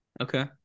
Okay